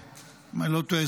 אם אני לא טועה,